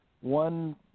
one